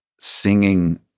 singing